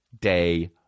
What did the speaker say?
day